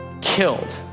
killed